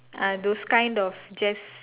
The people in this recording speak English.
ah those kind of just